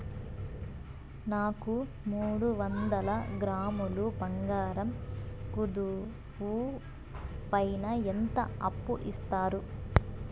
నాకు మూడు వందల గ్రాములు బంగారం కుదువు పైన ఎంత అప్పు ఇస్తారు?